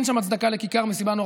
אין שם הצדקה לכיכר מסיבה נורא